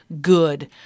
good